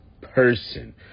person